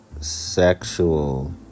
sexual